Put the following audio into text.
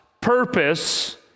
purpose